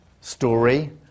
story